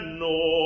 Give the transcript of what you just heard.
no